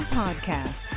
podcast